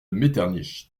metternich